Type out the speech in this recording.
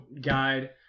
guide